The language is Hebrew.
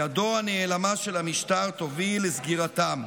ידו הנעלמה של המשטר תוביל לסגירתם.